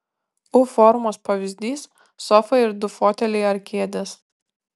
u formos pavyzdys sofa ir du foteliai ar kėdės